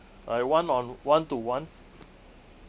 like one on one to one